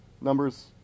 numbers